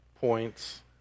points